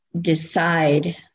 decide